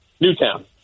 Newtown